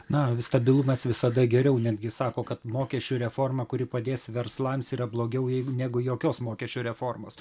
na stabilumas visada geriau netgi sako kad mokesčių reforma kuri padės verslams yra blogiau jei negu jokios mokesčių reformos